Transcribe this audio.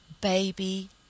baby